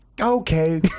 Okay